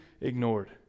ignored